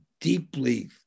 deeply